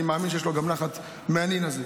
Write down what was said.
אני מאמין שיש לו גם נחת מהנין הזה,